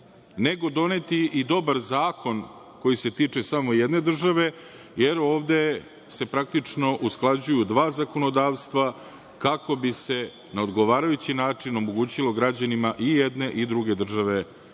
nego doneti dobar zakon koji se tiče samo jedne države, jer ovde se praktično usklađuju dva zakonodavstva kako bi se na odgovarajući način omogućilo građanima i jedne i druge države da